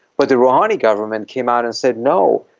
but the rouhani government came out and said no,